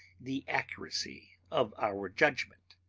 the accuracy of our judgment.